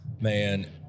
man